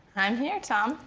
i'm here, tom.